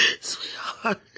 sweetheart